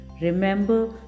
Remember